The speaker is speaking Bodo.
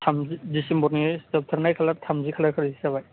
थामजि डिसिम्बरनि जोबथारनाय खालार थामजि खालार खालि जाबाय